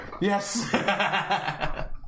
Yes